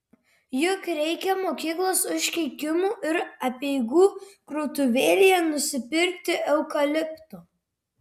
juk reikia mokyklos užkeikimų ir apeigų krautuvėlėje nusipirkti eukalipto